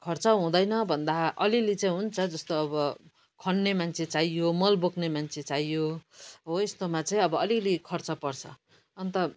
खर्च हुँदैन भन्दा अलिलि चाहिँ हुन्छ जस्तो अब खन्ने मान्छे चाहियो मल बोक्ने मान्छे चाहियो हो यस्तोमा चाहिँ अब अलिलि खर्च पर्छ अन्त